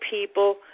people